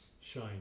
shine